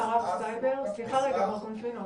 סליחה מר קונפינו,